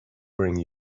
bring